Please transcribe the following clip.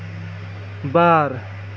ᱵᱟᱨ